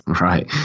right